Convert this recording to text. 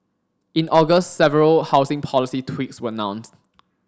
in August several housing policy tweaks were announced